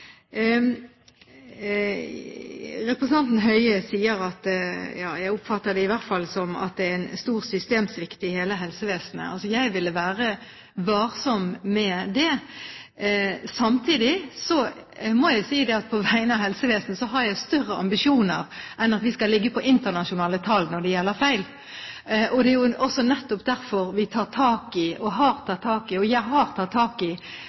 Representanten Høie sier – jeg oppfatter det i hvert fall slik – at det er stor systemsvikt i helsevesenet. Jeg ville være varsom med å si det. Samtidig må jeg si at på vegne av helsevesenet har jeg større ambisjoner enn at vi skal ligge på internasjonale tall når det gjelder feil. Det er jo også nettopp for å jobbe systematisk med kvalitetsarbeidet vi tar tak i og har tatt tak i det – og jeg har tatt tak i